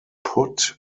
put